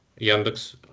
Yandex